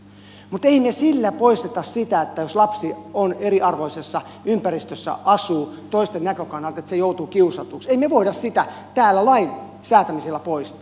mutta emme me sillä poista sitä jos lapsi asuu toisten näkökannalta eriarvoisessa ympäristössä että hän joutuu kiusatuksi emme me voi sitä täällä lain säätämisellä poistaa